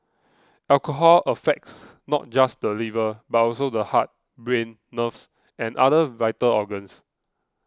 alcohol affects not just the liver but also the heart brain nerves and other vital organs